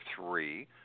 three